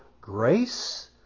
grace